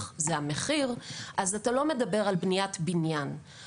הוא המחיר אז אתה לא מדבר על בניית בניין,